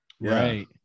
right